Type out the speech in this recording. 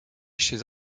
chez